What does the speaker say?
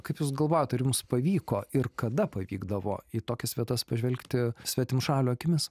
kaip jūs galvojat ar jums pavyko ir kada pavykdavo į tokias vietas pažvelgti svetimšalio akimis